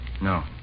No